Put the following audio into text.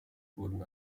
wurden